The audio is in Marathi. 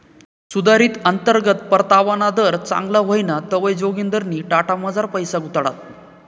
सुधारित अंतर्गत परतावाना दर चांगला व्हयना तवंय जोगिंदरनी टाटामझार पैसा गुताडात